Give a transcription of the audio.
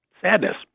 sadness